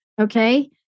okay